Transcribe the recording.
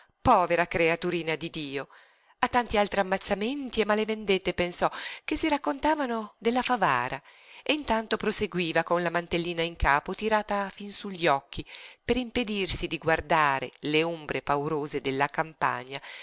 povera creaturina di dio a tanti altri ammazzamenti e male vendette pensò che si raccontavano della favara e intanto proseguiva con la mantellina in capo tirata fin su gli occhi per impedirsi di guardare le ombre paurose della campagna